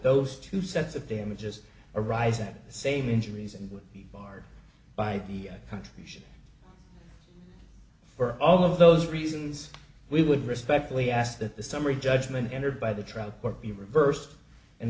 those two sets of damages arise at the same injuries and would be barred by the contribution for all of those reasons we would respectfully ask that the summary judgment entered by the trial court be reversed and